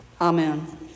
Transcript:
Amen